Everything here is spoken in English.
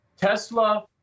Tesla